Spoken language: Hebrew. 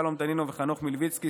שלום דנינו וחנוך מלביצקי,